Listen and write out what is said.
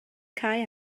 cau